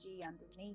underneath